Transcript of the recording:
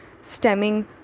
stemming